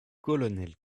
colonel